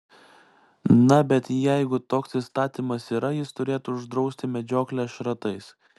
na bet jeigu toks įstatymas yra jis turėtų uždrausti medžioklę šratais